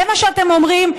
זה מה שאתם אומרים.